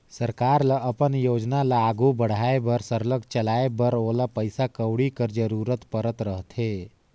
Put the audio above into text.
सरकार ल अपन योजना ल आघु बढ़ाए बर सरलग चलाए बर ओला पइसा कउड़ी कर जरूरत परत रहथे